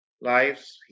lives